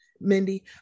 mindy